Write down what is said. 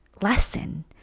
lesson